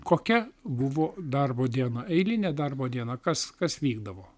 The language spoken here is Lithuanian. kokia buvo darbo diena eilinė darbo diena kas kas vykdavo